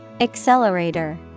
Accelerator